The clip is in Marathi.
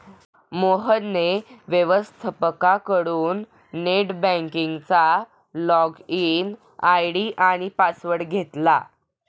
मोहनने व्यवस्थपकाकडून नेट बँकिंगचा लॉगइन आय.डी आणि पासवर्ड घेतला